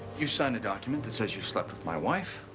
you sign a document that says you slept with my wife,